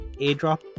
airdrop